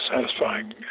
satisfying